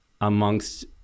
amongst